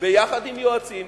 ביחד עם יועצים,